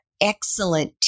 excellent